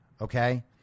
okay